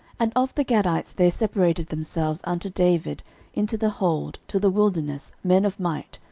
and of the gadites there separated themselves unto david into the hold to the wilderness men of might,